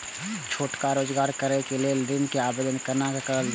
छोटका रोजगार करैक लेल ऋण के आवेदन केना करल जाय?